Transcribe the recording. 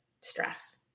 stress